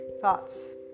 thoughts